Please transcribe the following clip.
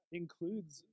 includes